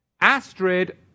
Astrid